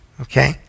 okay